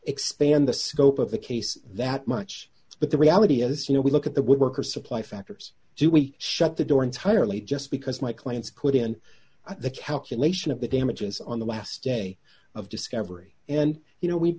expand the scope of the case that much but the reality is you know we look at the woodworker supply factors do we shut the door entirely just because my clients put in at the calculation of the damages on the last day of discovery and you know we